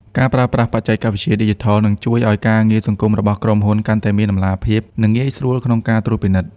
ការប្រើប្រាស់បច្ចេកវិទ្យាឌីជីថល នឹងជួយឱ្យការងារសង្គមរបស់ក្រុមហ៊ុនកាន់តែមាន តម្លាភាព និងងាយស្រួលក្នុងការត្រួតពិនិត្យ។